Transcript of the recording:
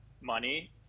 money